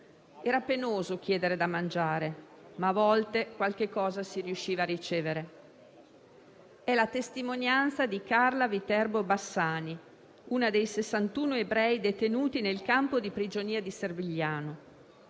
Era penoso chiedere da mangiare ma a volte qualche cosa si riusciva a ricevere». È la testimonianza di Carla Viterbo Bassani, una dei 61 ebrei detenuti nel campo di prigionia di Servigliano.